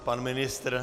Pan ministr?